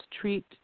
treat